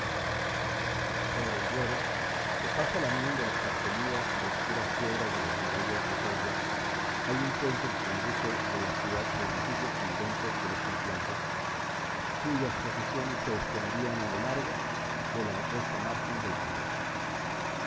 sobre el duero que pasa lamiendo las carcomidas y oscuras piedras de las murallas de soria hay un puente que conduce de la ciudad al antiguo convento de los templarios cuyas posesiones se extendían a lo largo de la opuesta margen del río